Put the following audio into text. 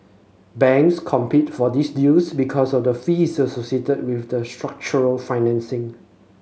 banks compete for these deals because of the fees associated with the structured financing